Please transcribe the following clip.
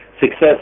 Success